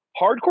hardcore